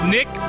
Nick